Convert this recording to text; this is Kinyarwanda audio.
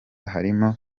harimo